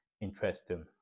interesting